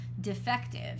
defective